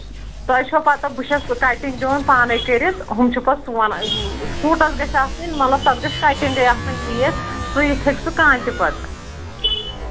تۄہہِ چھو پَتہ بہٕ چھَس کَٹِنٛگ دِوَان پانے کٔرِتھ ہُم چھِ پَتہٕ سُوان سوٗٹَس گژھِ آسٕنۍ مطلب تَتھ گژھِ کٹِنٛگٕے آسٕنۍ ٹھیٖک سُوِتھ ہیٚکہِ سُہ کانٛہہ تہِ پَتہٕ